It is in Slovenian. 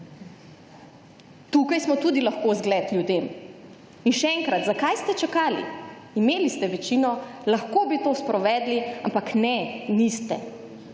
Tukaj smo tudi lahko zgled ljudem. In še enkrat, zakaj ste čakali? Imeli ste večino, lahko bi to sprovedli, ampak ne, niste.